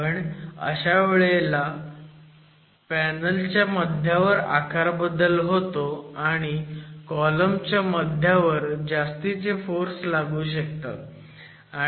पण अशा वेळेला पॅनलच्या मध्यावर आकारबदल होतो आणि कॉलमच्या मध्यावर जास्तीचे फोर्स लागू शकतात